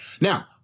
Now